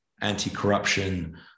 anti-corruption